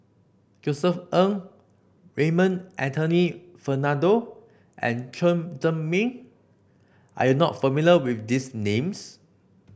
Josef Ng Raymond Anthony Fernando and Chen Zhiming are you not familiar with these names